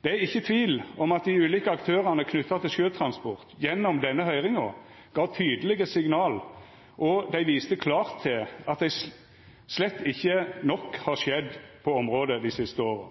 Det er ikkje tvil om at dei ulike aktørane knytte til sjøtransport gjennom denne høyringa gav tydelege signal om og viste klart til at slett ikkje nok har skjedd på området dei siste åra.